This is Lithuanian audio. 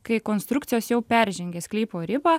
kai konstrukcijos jau peržengia sklypo ribą